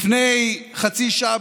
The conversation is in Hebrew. לפני חצי שעה,